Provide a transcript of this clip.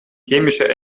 chemische